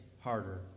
harder